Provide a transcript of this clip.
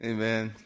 Amen